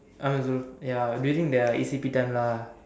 I mean Zul ya during their E_C_P time lah